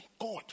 God